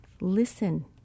listen